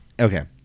Okay